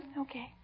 Okay